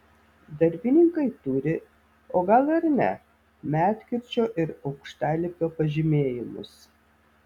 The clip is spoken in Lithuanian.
darbininkai turi o gal ir ne medkirčio ir aukštalipio pažymėjimus